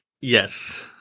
Yes